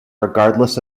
regardless